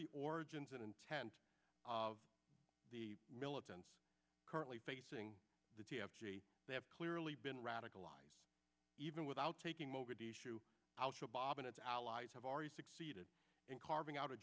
the origins and intent of the militants currently facing the t f t they have clearly been radicalized even without taking mogadishu al shabaab and its allies have already succeeded in carving out